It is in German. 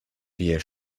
wir